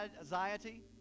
anxiety